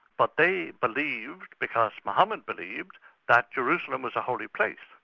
but they believed because mohammed believed that jerusalem was a holy place.